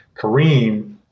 Kareem